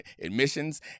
admissions